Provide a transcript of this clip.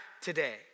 today